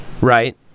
right